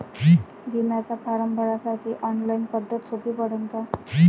बिम्याचा फारम भरासाठी ऑनलाईन पद्धत सोपी पडन का?